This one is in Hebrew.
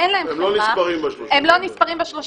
הן לא נספרות ב-30?